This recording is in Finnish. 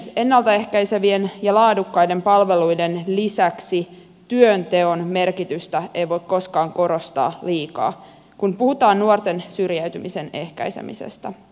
ennalta ehkäisevien ja laadukkaiden palveluiden lisäksi työnteon merkitystä ei voi koskaan korostaa liikaa kun puhutaan nuorten syrjäytymisen ehkäisemisestä